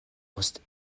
post